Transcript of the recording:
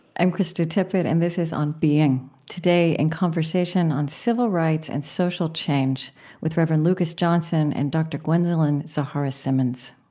i'm krista tippett and this is on being. today in conversation on civil rights and social change with rev. and lucas johnson and dr. gwendolyn zoharah simmons